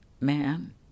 man